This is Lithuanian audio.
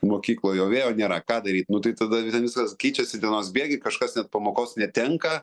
mokykloj o vėjo nėra ką daryt nu tai tada ten viskas keičiasi dienos bėgy kažkas net pamokos netenka